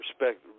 respect